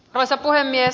arvoisa puhemies